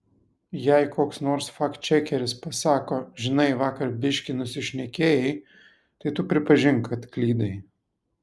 jei koks nors faktčekeris pasako žinai vakar biškį nusišnekėjai tai tu pripažink kad klydai